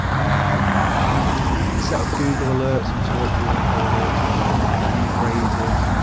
um set up google alerts and talkwalker alerts for relevant key phrases.